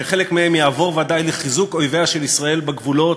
שחלק מהם יעבור ודאי לחיזוק אויביה של ישראל בגבולות,